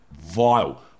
Vile